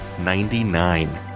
ninety-nine